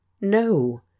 No